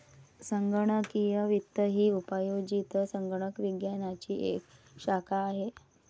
संगणकीय वित्त ही उपयोजित संगणक विज्ञानाची एक शाखा आहे